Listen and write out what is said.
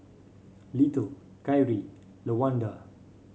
Little Kyrie Lawanda